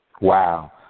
Wow